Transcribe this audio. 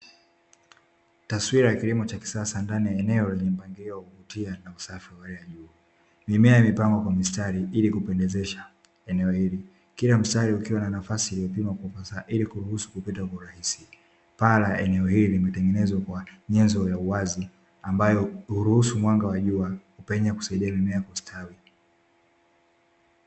Taswira ya kilimo cha kisasa ndani ya eneo lenye mpangilio wa kuvutia na usafi hali ya juu. Mimea imepagwa kwa mistari ili kupendezesha eneo hili; kila mstari ukiwa na nafasi iliyopimwa kwa ufasaha, ili kuruhusu kupita kwa urahisi. Paa la eneo hili limetengenezwa kwa nyenzo ya uwazi, ambayo huruhusu mwanga wa jua kupenya kusaidia mimea kustawi.